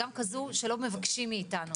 גם כזו שלא מבקשים מאיתנו.